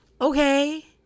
okay